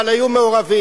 אבל היו מעורבים.